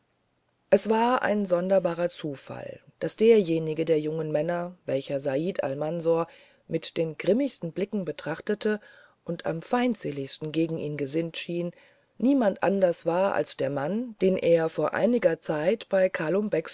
es war ein sonderbarer zufall daß derjenige der jungen männer welcher said almansor mit den grimmigsten blicken betrachtete und am feindseligsten gegen ihn gesinnt schien niemand anders war als der mann den er vor einiger zeit bei